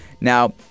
now